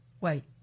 Wait